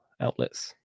outlets